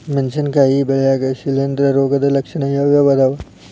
ಮೆಣಸಿನಕಾಯಿ ಬೆಳ್ಯಾಗ್ ಶಿಲೇಂಧ್ರ ರೋಗದ ಲಕ್ಷಣ ಯಾವ್ಯಾವ್ ಅದಾವ್?